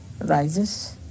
rises